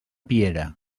piera